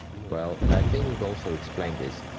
well, i think we've also explained it,